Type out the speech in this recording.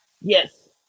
Yes